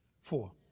Four